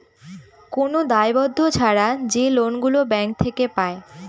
কোন দায়বদ্ধ ছাড়া যে লোন গুলো ব্যাঙ্ক থেকে পায়